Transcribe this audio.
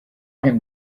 him